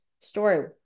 story